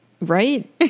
Right